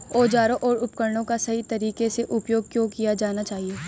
औजारों और उपकरणों का सही तरीके से उपयोग क्यों किया जाना चाहिए?